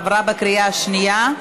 עברה בקריאה השנייה.